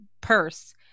purse